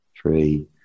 three